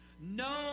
No